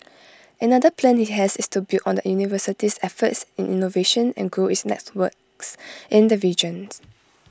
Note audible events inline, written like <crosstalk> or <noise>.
another plan he has is to build on the university's efforts in innovation and grow its networks in the region <noise>